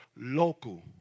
local